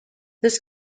this